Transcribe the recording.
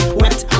wet